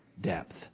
depth